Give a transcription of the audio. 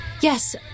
Yes